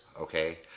okay